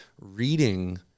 reading